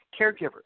caregivers